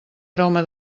aroma